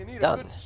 done